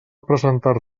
presentar